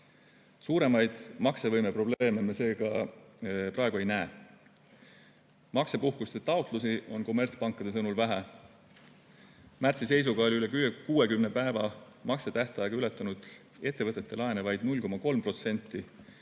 Suuremaid maksevõime probleeme me seega praegu ei näe. Maksepuhkuste taotlusi on kommertspankade sõnul vähe. Märtsi seisuga oli üle 60 päeva maksetähtaega ületanud ettevõtete laene vaid 0,3%,